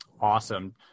Awesome